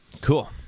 Cool